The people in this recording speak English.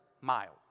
mile